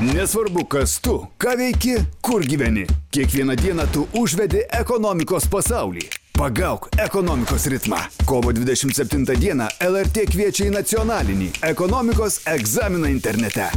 nesvarbu kas tu ką veiki kur gyveni kiekvieną dieną tu užvedi ekonomikos pasaulį pagauk ekonomikos ritmą kovo dvidešimt septintą dieną lrt kviečia į nacionalinį ekonomikos egzaminą internete